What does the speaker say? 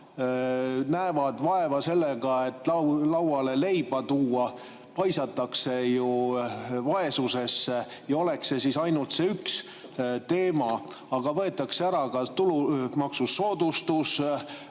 näevad vaeva sellega, et lauale leiba tuua, paisatakse ju vaesusesse. Ja oleks siis ainult see üks teema, aga võetakse ära ka tulumaksusoodustus